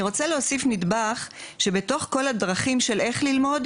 אני רוצה להוסיף נדבך שבתוך כל הדרכים של איך ללמוד,